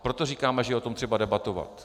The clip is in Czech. Proto říkáme, že je o tom třeba debatovat.